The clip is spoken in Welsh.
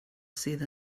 sydd